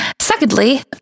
Secondly